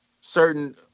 certain